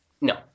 No